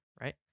right